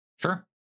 Sure